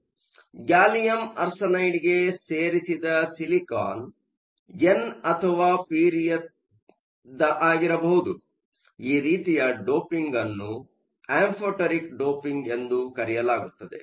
ಆದ್ದರಿಂದ ಗ್ಯಾಲಿಯಮ್ ಆರ್ಸೆನೈಡ್ಗೆ ಸೇರಿಸಿದ ಸಿಲಿಕಾನ್ ಎನ್ ಅಥವಾ ಪಿ ರೀತಿಯದ್ದಾಗಿರಬಹುದು ಮತ್ತು ಈ ರೀತಿಯ ಡೋಪಿಂಗ್ ಅನ್ನು ಅಂಫೋ಼ಟೆರಿಕ್ ಡೋಪಿಂಗ್ ಎಂದು ಕರೆಯಲಾಗುತ್ತದೆ